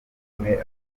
n’umwe